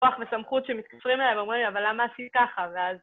כוח וסמכות שמתקשרים אליי, ואומרים לי, אבל למה עשית ככה, ואז...